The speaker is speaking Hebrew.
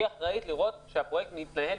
שהיא אחראית לראות מלמעלה,